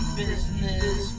business